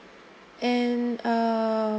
and uh